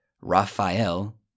Raphael